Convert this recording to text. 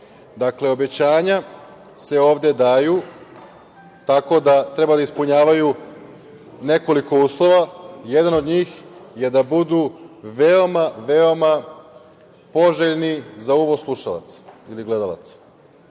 Srbiji. Obećanja se ovde daju tako da treba da ispunjavaju nekoliko uslova. Jedan od njih je da budu veoma, veoma poželjni za uvo slušalaca ili gledala